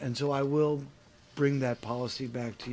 and so i will bring that policy back to